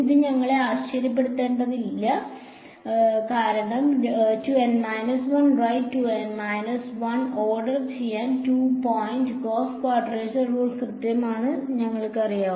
ഇത് ഞങ്ങളെ ആശ്ചര്യപ്പെടുത്തേണ്ടതില്ല കാരണം 2 N 1 right 2 N 1 ഓർഡർ ചെയ്യാൻ 2 പോയിന്റ് Gauss ക്വാഡ്രേച്ചർ റൂൾ കൃത്യമാണെന്ന് ഞങ്ങൾക്കറിയാം